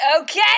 okay